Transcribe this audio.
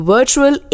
Virtual